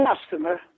customer